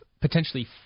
potentially